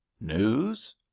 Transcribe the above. News